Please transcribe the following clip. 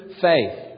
faith